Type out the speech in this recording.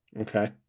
Okay